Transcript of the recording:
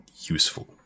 useful